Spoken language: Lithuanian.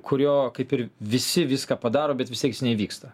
kurio kaip ir visi viską padaro bet vis tiek neįvyksta